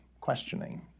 questioning